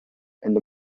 and